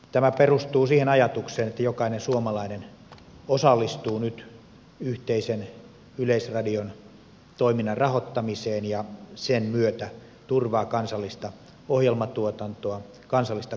tämä perustuu siihen ajatukseen että jokainen suomalainen osallistuu nyt yhteisen yleisradion toiminnan rahoittamiseen ja sen myötä turvaa kansallista ohjelmatuotantoa kansallista kulttuuria kansalliskieliä